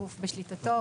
גוף בשליטתו,